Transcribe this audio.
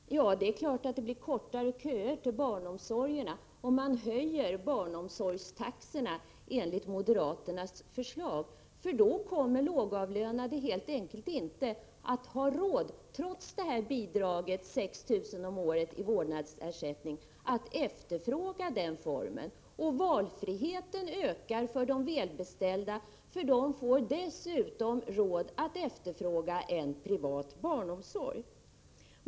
Herr talman! Det är klart att det blir kortare köer till barnomsorgen om man höjer barnomsorgstaxorna enligt moderaternas förslag. Då kommer de lågavlönade helt enkelt inte att ha råd, trots bidraget på 6 000 kr. om året i vårdnadsersättning, att efterfråga barnomsorg. Valfriheten ökar för de välbeställda, därför att de dessutom får råd att efterfråga en privat barnomsorg.